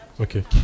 Okay